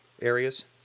areas